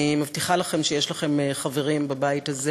אני מבטיחה לכם שיש לכם חברים בבית הזה